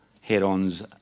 head-ons